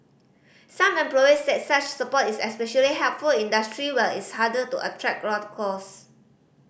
some employers said such support is especially helpful industry where it's harder to attract